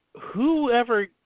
whoever